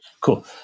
Cool